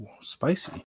Spicy